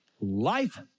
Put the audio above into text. Life